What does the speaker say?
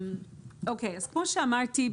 כמו שאמרתי,